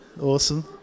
Awesome